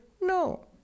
No